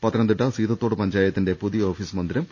പത്തനംതിട്ട സീതത്തോട് പഞ്ചായത്തിന്റെ പുതിയ ഓഫീസ് മന്ദിരം